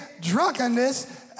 drunkenness